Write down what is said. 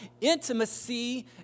Intimacy